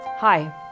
Hi